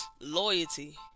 Loyalty